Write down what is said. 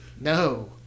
No